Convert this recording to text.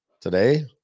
today